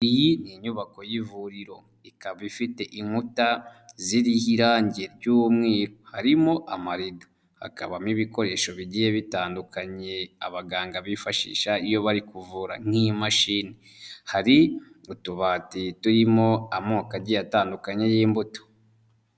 Iyi ni inyubako y'ivuriro ikaba ifite inkuta ziriho irangi ry'umweru harimo amarido, hakabamo ibikoresho bigiye bitandukanye abaganga bifashisha iyo bari kuvura nk'imashini, hari utubati turimo amoko agiye atandukanye y'imbuto.